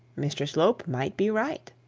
mr slope might be right.